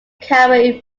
camera